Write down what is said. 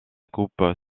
coupe